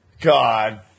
God